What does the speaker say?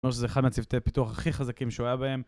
זה אומר שזה אחד מהצוותי הפיתוח הכי חזקים שהוא היה בהם